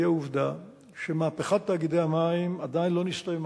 היא העובדה שמהפכת תאגידי המים עדיין לא הסתיימה.